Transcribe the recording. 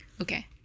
okay